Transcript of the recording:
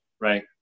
right